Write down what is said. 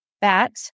bat